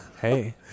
Hey